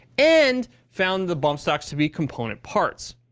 and found the bump stocks to be component parts.